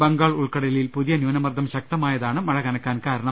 ബംഗാൾ ഉൾക്കടലിൽ പുതിയ ന്യൂനമർദ്ദം ശക്തമായതാണ് മഴ കനക്കാൻ കാരണം